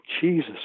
Jesus